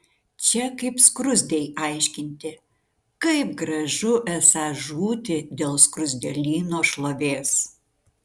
čia kaip skruzdei aiškinti kaip gražu esą žūti dėl skruzdėlyno šlovės